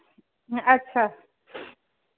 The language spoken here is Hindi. हैं अच्छा